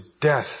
death